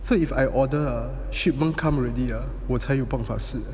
so if I order ah shipment come already ah 我才有办法试